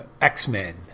X-Men